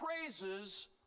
praises